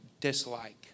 dislike